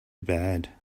bad